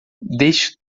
deixe